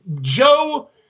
Joe